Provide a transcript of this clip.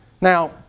Now